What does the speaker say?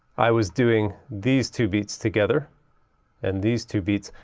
i was doing these two beats together and these two beats.